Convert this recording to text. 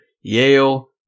yale